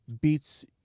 beats